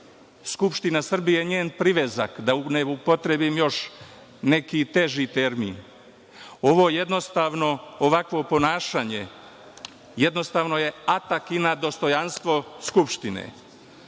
Skupština Srbije njen privezak, da ne upotrebim još neki teži termin, ovakvo ponašanje jednostavno je atak i na dostojanstvo Skupštine.